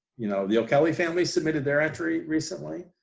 you know, the o'kelley family submitted their entry recently,